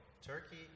Turkey